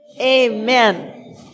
amen